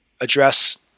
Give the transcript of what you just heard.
address